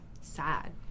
sad